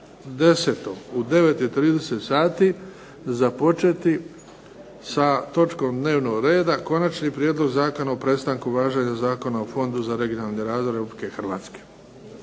20.10. u 9,30 sati započeti sa točkom dnevnog reda Konačni prijedlog Zakona o prestanku važenja Zakona o Fondu za regionalni razvoj RH.